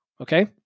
okay